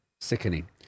Sickening